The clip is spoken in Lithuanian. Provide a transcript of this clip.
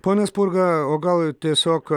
pone spurga o gal tiesiog